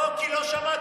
לא, כי לא שמעת.